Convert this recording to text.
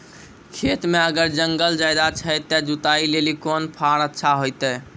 खेत मे अगर जंगल ज्यादा छै ते जुताई लेली कोंन फार अच्छा होइतै?